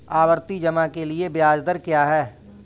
आवर्ती जमा के लिए ब्याज दर क्या है?